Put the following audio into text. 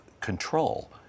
control